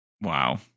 Wow